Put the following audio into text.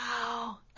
wow